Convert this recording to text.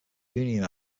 union